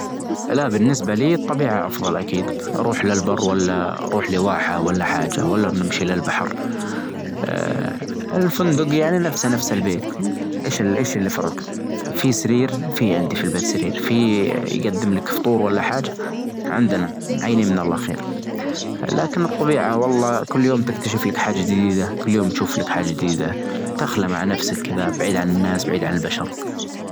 لا بالنسبة لي الطبيعة أفضل أكيد، أروح للبر ولا أروح لواحة ولا حاجة ولا بنمشي للبحر، الفندق يعني نفسه نفس البيت، أيش ال-أيش اللي فرج في سرير في عندي في البيت سرير، في يقدم لك فطور ولا حاچة، عندنا معين من الله خير، لكن الطبيعة والله كل يوم تكتشف لك حاچة چديدة، كل يوم تشوف لك حاچة جديدة، تخلى مع نفسك كذا بعيد عن الناس بعيد عن البشر.